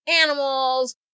animals